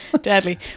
deadly